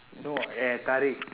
no